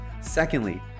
Secondly